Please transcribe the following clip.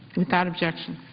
without objection.